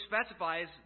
specifies